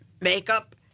makeup